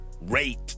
rate